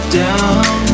down